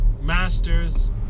masters